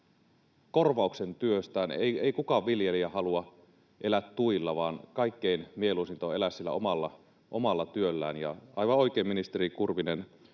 korvauksen työstään. Ei kukaan viljelijä halua elää tuilla, vaan kaikkein mieluisinta on elää sillä omalla työllä, ja aivan oikein ministeri Kurvinen